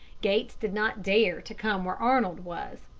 gates did not dare to come where arnold was,